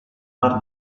mar